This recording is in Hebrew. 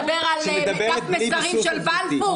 עכשיו אתה מדבר על דף מסרים של בלפור?